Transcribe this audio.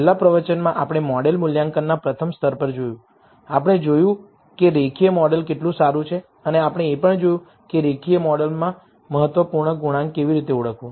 છેલ્લા પ્રવચનમાં આપણે મોડેલ મૂલ્યાંકનના પ્રથમ સ્તર પર જોયું આપણે જોયું કે રેખીય મોડેલ કેટલું સારું છે અને આપણે એ પણ જોયું કે રેખીય મોડેલમાં મહત્વપૂર્ણ ગુણાંક કેવી રીતે ઓળખવું